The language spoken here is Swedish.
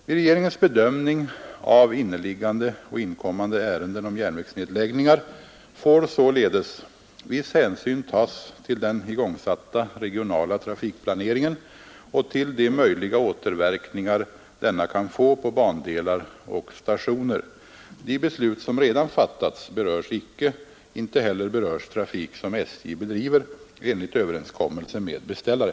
Vid regeringens bedömning av inneliggande och inkommande ärenden om järnvägsnedläggningar får således viss hänsyn tas till den igångsatta regionala trafikplaneringen och till de möjliga återverkningar denna kan få på bandelar och stationer. De beslut som redan fattats berörs icke. Inte heller berörs trafik som SJ bedriver enligt överenskommelse med beställare.